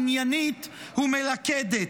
עניינית ומלכדת.